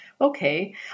Okay